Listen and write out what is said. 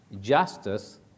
Justice